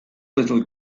little